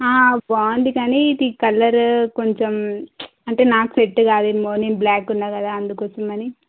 బాగుంది కానీ ఇది కలర్ కొంచెం అంటే నాకు సెట్ కాదేమో నేను బ్లాక్ ఉన్నా కదా అందుకోసమని